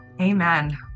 Amen